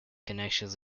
connections